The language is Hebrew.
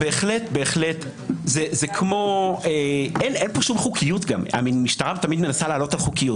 המשטרה תמיד מנסה לעלות על חוקיות.